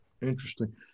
Interesting